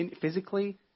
physically